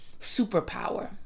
superpower